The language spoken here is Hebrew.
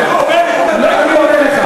אומר בעיתון,